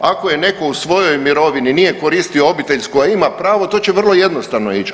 Ako je netko u svojoj mirovini nije koristio obiteljsku, a ima pravo to će vrlo jednostavno ići.